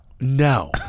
No